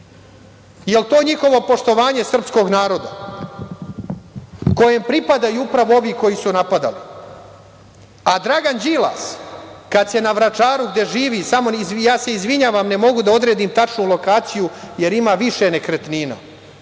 li je to njihovo poštovanje srpskog naroda kojem pripadaju upravo ovi koji su napadali? Dragan Đilas na Vračaru gde živi, ja se izvinjavam ne mogu da odredim tačnu lokaciju, jer ima više nekretnina,